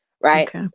right